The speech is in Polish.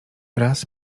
raz